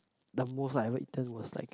the most I ever eaten was like